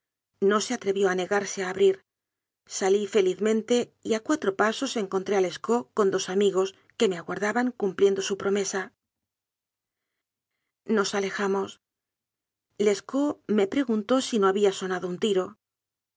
no se atrevió a negarse a abrir salí felizmen te y a cuatro pasos encontré a lescaut con dos amigos que me aguardaban cumpliendo su pro mesa nos alejamos lescaut me preguntó si no había sonado un tiro